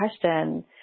question